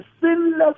sinless